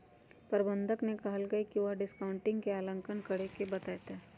प्रबंधक ने कहल कई की वह डिस्काउंटिंग के आंकलन करके बतय तय